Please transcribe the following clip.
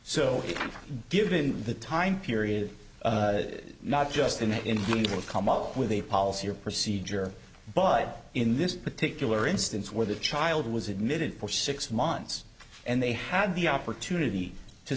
so given the time period not just in india will come up with a policy or procedure but in this particular instance where the child was admitted for six months and they had the opportunity to